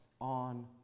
on